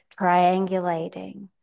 triangulating